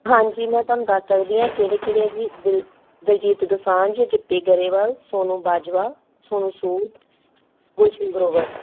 ਹਾਂਜੀ ਮੈਂ ਤੁਹਾਨੂੰ ਦੱਸ ਸਕਦੀ ਹਾਂ ਕਿਹੜੇ ਕਿਹੜੇ ਹੈ ਜੀ ਦਿਲ ਦਲਜੀਤ ਦੋਸਾਂਝ ਗਿੱਪੀ ਗਰੇਵਾਲ ਸੋਨਮ ਬਾਜਵਾ ਸੋਨੂੰ ਸੂਦ ਗੁਲਸ਼ਨ ਗਰੋਵਰ